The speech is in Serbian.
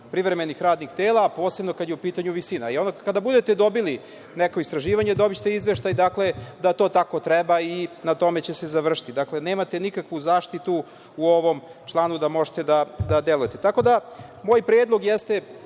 privremenih radnih tela, posebno kada je u pitanju visina. Kada budete dobili neko istraživanje, dobićete izveštaj da to tako treba i na tome će se završiti. Dakle, nemate nikakvu zaštitu u ovom članu da možete da delujete. Tako da, moj predlog jeste,